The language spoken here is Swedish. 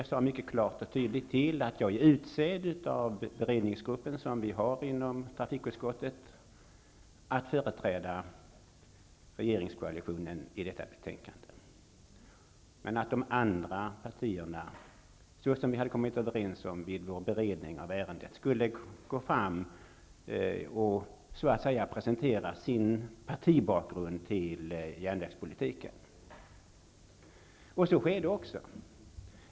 Jag sade mycket klart och tydligt att jag är utsedd av den beredningsgrupp som finns inom trafikutskottet att företräda regeringskoalitionen i fråga om detta betänkande. De andra partierna, såsom vi hade kommit överens om vid beredningen av ärendet, skulle presentera sina partibakgrunder till järnvägspolitiken. Så skedde också.